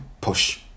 push